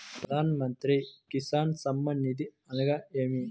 ప్రధాన మంత్రి కిసాన్ సన్మాన్ నిధి అనగా ఏమి?